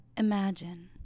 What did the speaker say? Imagine